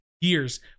years